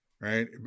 Right